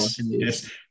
Yes